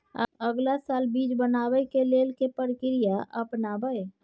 अगला साल बीज बनाबै के लेल के प्रक्रिया अपनाबय?